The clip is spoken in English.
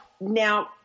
now